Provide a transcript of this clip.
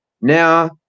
Now